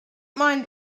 mind